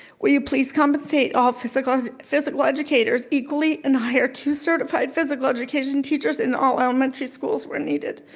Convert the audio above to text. will you please compensate all physical physical educators equally, and hire two certified physical education teachers in all elementary schools where needed?